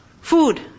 food